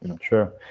Sure